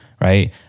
right